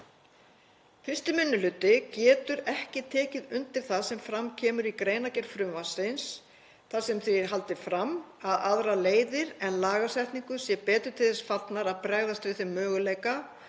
Fyrsti minni hluti getur ekki tekið undir það sem fram kemur í greinargerð frumvarpsins þar sem því er haldið fram að aðrar leiðir en lagasetning séu betur til þess fallnar að bregðast við þeim möguleika